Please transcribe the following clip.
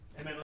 Amen